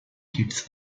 kits